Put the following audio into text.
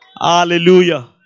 Hallelujah